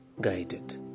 Guided